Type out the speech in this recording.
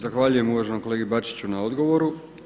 Zahvaljujem uvaženom kolegi Bačiću na odgovoru.